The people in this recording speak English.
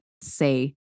say